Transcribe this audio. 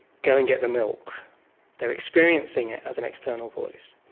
go and get the milk they are experiencing it as an external voice,